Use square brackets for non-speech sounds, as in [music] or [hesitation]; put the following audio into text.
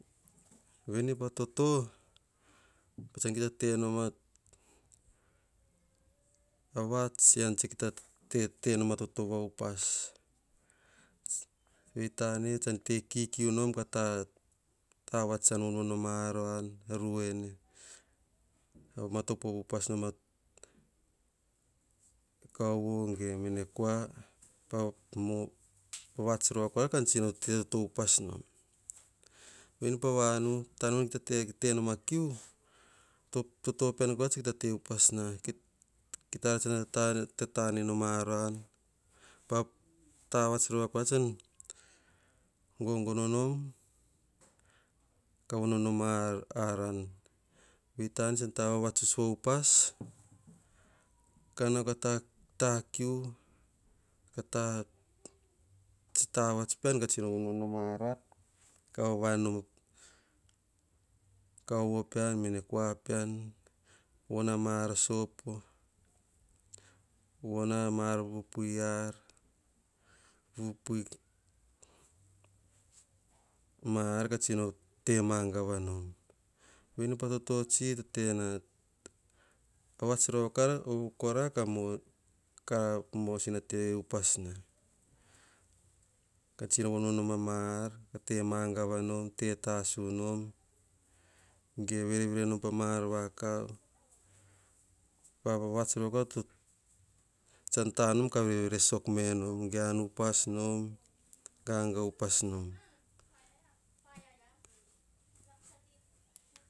Veni pa toto, tsan ki ta tenom ta vats, yian ki ta tanom a toto va upas. Ven tane tsan kikiu nom ka ta vats tsa vonvon ma aran, ruene, matopo upas noma kauvo ge mene kua [hesitation] vats rova kora ptsi no te upas nom. Ven pa vanu, taim nan te mukai nom a kiu, toto pean kora ki te upas na, ki ta ar tsa tata nenom a arang ta vats kora nan gongono nom, ka vonvon nom a aran. Ven tane tsan ta vavatsuts vo upas ka na ka ta ku, ka tsi ta vats pean ka tsi vonvon nom aran, ka vava an nom e kauvo pean mene kua pean. Von a mar sopo, von a mar pupui ar pupui mar katsi mangava nom. Veni pa toto tsi to te na, vats rova kora ka mosina te upas na. Katsi vonvon noma mar ka te mangava nom, ge verevere nom pa mar vakav. [hesitation] vats kora tsa ta nom ka verevere sok me nom, an upas nom ganga upas nom.